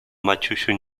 maciusiu